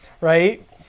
right